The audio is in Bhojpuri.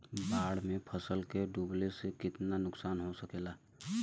बाढ़ मे फसल के डुबले से कितना नुकसान हो सकेला?